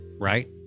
right